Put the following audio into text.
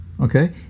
Okay